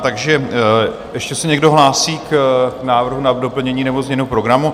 Takže ještě se někdo hlásí k návrhu na doplnění nebo změnu programu?